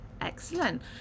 excellent